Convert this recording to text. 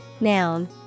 noun